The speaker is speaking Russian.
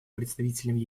представителем